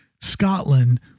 Scotland